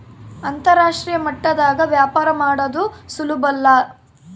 ಅಂತರಾಷ್ಟ್ರೀಯ ಮಟ್ಟದಾಗ ವ್ಯಾಪಾರ ಮಾಡದು ಸುಲುಬಲ್ಲ